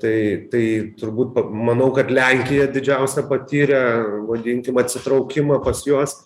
tai tai turbūt manau kad lenkija didžiausią patyrė vadinkim atsitraukimą pas juos